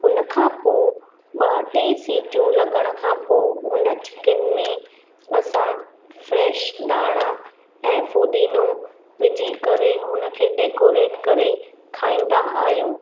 हुन खां पोइ ॿ टे सीटियूं लॻण खां पोइ हुन चिकन में असां फ्रेश दाणा ऐं फुदीनो विझी करे हुन खे डैकोरेट करे खाईंदा आहियूं